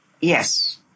Yes